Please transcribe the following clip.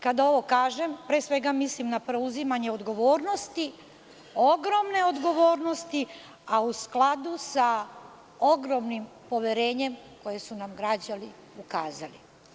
Kada ovo kažem, pre svega, mislim na preuzimanje odgovornosti, ogromne odgovornosti, a u skladu sa ogromnim poverenjem koje su nam građani ukazali.